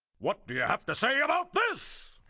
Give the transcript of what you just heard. what do you have to say about this?